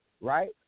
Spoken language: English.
right